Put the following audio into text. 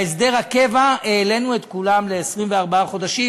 בהסדר הקבע העלינו את כולם ל-24 חודשים.